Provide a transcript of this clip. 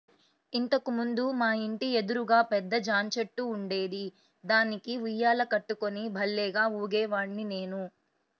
ఇంతకు ముందు మా ఇంటి ఎదురుగా పెద్ద జాంచెట్టు ఉండేది, దానికి ఉయ్యాల కట్టుకుని భల్లేగా ఊగేవాడ్ని నేను